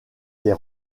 des